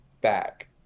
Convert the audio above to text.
back